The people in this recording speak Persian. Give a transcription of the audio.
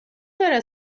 دارد